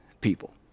people